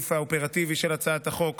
הסעיף האופרטיבי של הצעת החוק